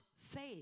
faith